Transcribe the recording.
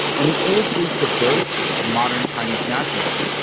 and it illustrates the birth of modern chinese nationalism,